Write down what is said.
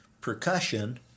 percussion